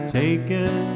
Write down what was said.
taken